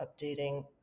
updating